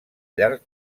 llarg